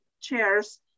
chairs